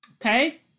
okay